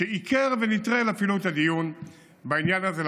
שעיקר ונטרל אפילו את הדיון בעניין הזה,